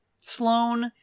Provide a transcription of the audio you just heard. Sloane